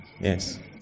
Yes